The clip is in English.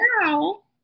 now